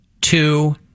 two